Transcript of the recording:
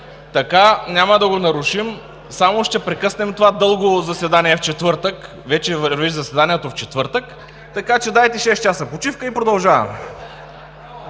така няма да го нарушим, само ще прекъснем това дълго заседание в четвъртък. Вече върви заседанието в четвъртък, така че дайте шест часа почивка и продължаваме.